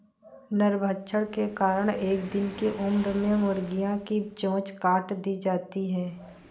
नरभक्षण के कारण एक दिन की उम्र में मुर्गियां की चोंच काट दी जाती हैं